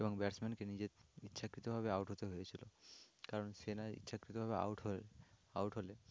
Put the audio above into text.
এবং ব্যাটসম্যানকে নিজের ইচ্ছাকৃতভাবে আউট হতে হয়েছিলো কারণ সে না ইচ্ছাকৃতভাবে আউট হয় আউট হলে